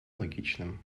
логичным